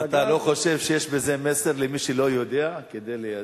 אתה לא חושב שיש בזה מסר למי שלא יודע, כדי שידע?